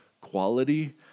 quality